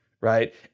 right